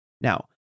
Now